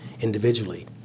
individually